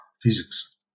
physics